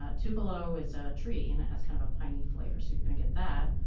ah tupelo is a tree and it has kind of a piney flavor, so you're going to get that.